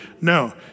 No